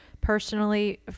personally